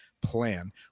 plan